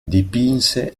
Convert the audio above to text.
dipinse